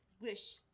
wish